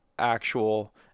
actual